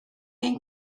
ein